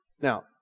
Now